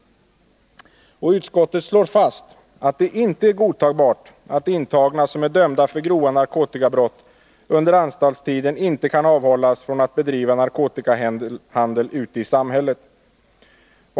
Utskottet slår fast att det inte är godtagbart att intagna som är dömda för grova narkotikabrott under anstaltstiden inte kan avhållas från att bedriva narkotikahandel ute i samhället.